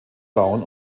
bauen